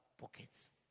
pockets